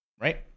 right